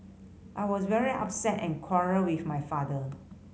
I was very upset and quarrelled with my father